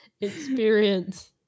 experience